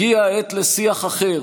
הגיעה העת לשיח אחר,